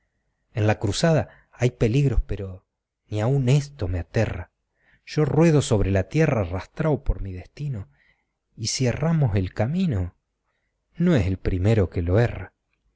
en la cruzada hay peligros pero ni aun esto me aterra yo ruedo sobre la tierra arrastrao por mi destino y si erramos el caminono es el primero que lo erra